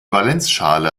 valenzschale